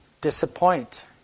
disappoint